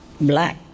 black